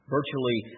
Virtually